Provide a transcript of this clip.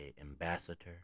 ambassador